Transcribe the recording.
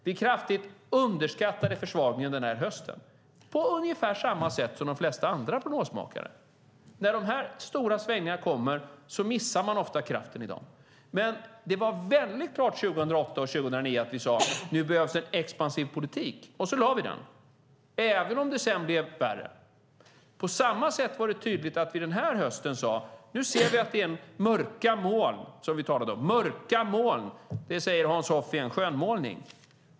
Vi underskattade kraftigt försvagningen den här hösten, på ungefär samma sätt som de flesta andra prognosmakare. När de stora svängningarna kommer missar man ofta kraften i dem. Men det var väldigt klart 2008 och 2009 att vi sade: Nu behövs det en expansiv politik. Och så lade vi den. Så var det, även om det sedan blev värre. På samma sätt var det tydligt att vi den här hösten sade: Nu ser vi att det är mörka moln. Det talade vi om. Mörka moln - det säger Hans Hoff är en skönmålning.